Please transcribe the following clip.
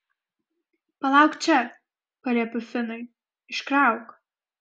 palauk čia paliepiu finui iškrauk